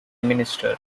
minister